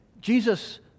Jesus